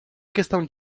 questão